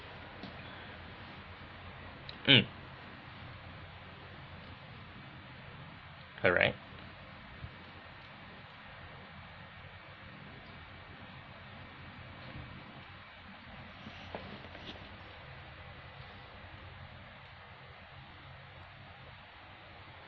mm correct